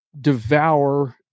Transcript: devour